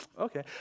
okay